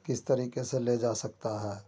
किस तरीके से ले जा सकता है